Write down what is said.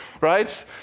Right